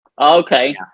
Okay